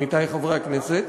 עמיתי חברי הכנסת,